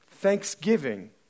thanksgiving